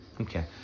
Okay